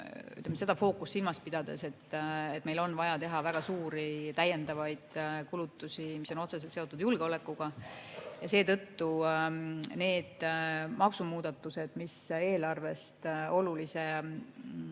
seda fookust silmas pidades, et meil on vaja teha väga suuri täiendavaid kulutusi, mis on otseselt seotud julgeolekuga. Seetõttu neid maksumuudatusi, mis eelarvele olulist